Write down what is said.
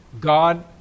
God